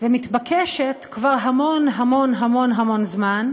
ומתבקשת כבר המון המון המון המון זמן,